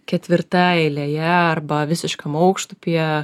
ketvirta eilėje arba visiškam aukštupyje